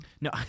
No